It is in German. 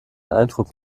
eindruck